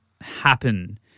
happen